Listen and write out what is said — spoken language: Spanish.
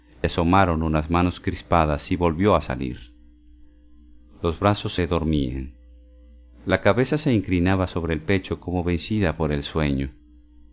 asomaron unas manos crispadas y volvió a salir los brazos se dormían la cabeza se inclinaba sobre el pecho como vencida por el sueño